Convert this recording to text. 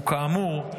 וכאמור,